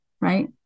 right